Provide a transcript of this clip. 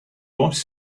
boss